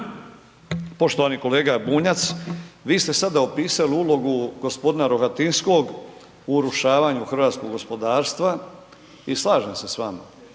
Poštovani kolega Bunjac, vi ste sada opisali ulogu gospodina Rohatinskog o urušavanju hrvatskog gospodarstva i slažem se s vama.